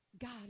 God